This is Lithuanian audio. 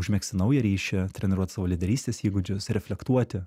užmegzti naują ryšį treniruot savo lyderystės įgūdžius reflektuoti